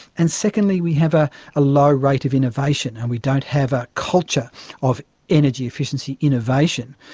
and secondly we have ah a low rate of innovation and we don't have a culture of energy efficiency innovation.